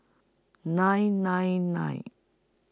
nine nine nine